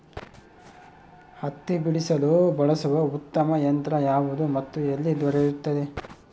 ಹತ್ತಿ ಬಿಡಿಸಲು ಬಳಸುವ ಉತ್ತಮ ಯಂತ್ರ ಯಾವುದು ಮತ್ತು ಎಲ್ಲಿ ದೊರೆಯುತ್ತದೆ?